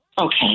Okay